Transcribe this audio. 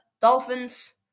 Dolphins